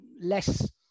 less